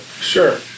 Sure